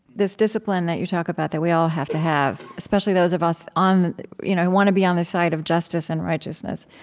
this discipline that you talk about that we all have to have, especially those of us you know who want to be on the side of justice and righteousness,